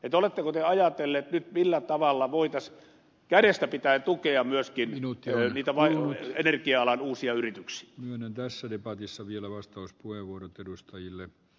oletteko te ajatellut nyt millä tavalla voitaisiin kädestä pitäen tukea myöskin niitä energia alan uusia yrityksiä kymmenen tässä debatissa vielä vastauspuheenvuorot edustajille